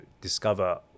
discover